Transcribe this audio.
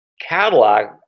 catalog